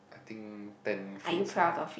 I think ten fruits ah